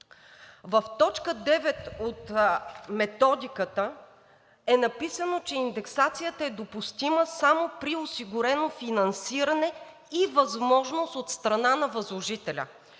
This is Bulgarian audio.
В т. 9 от методиката е написано, че индексацията е допустима само при осигурено финансиране и възможност от страна на възложителя.